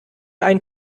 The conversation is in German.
einen